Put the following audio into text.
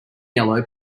yellow